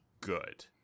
good